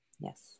Yes